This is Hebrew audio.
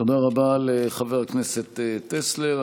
תודה רבה לחבר הכנסת טסלר.